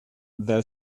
there